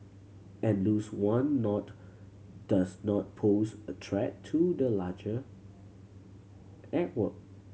and lose one node does not pose a threat to the larger network